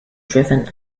driven